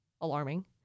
alarming